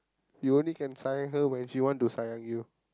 you can only sayang her when she want to sayang you